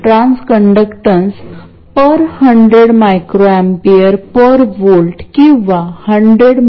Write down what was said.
नेहमीप्रमाणे आपण असे गृहित धरू की सिग्नल ची फ्रिक्वेन्सी 0एवढीच किंवा त्या पेक्षा जास्त आहे